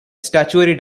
statutory